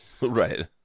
Right